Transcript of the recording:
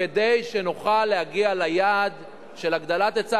כדי שנוכל להגיע ליעד של הגדלת היצע